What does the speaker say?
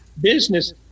Business